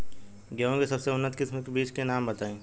गेहूं के सबसे उन्नत किस्म के बिज के नाम बताई?